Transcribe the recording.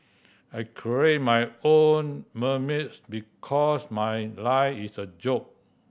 I create my own memes because my life is a joke